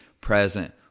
present